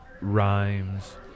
rhymes